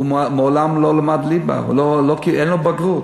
הוא מעולם לא למד ליבה, אין לו בגרות.